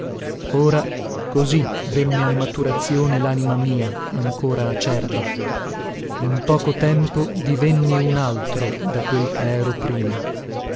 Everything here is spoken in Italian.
ora così venne a maturazione lanima mia ancora acerba in poco tempo divenni un altro da quel che ero prima